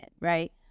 right